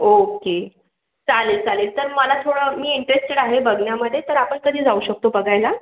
okay चालेल चालेल तर मला थोडं मी इंट्रेस्टेड आहे बघण्यामध्ये तर आपण कधी जाऊ शकतो बघायला